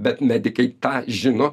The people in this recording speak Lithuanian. bet medikai tą žino